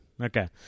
Okay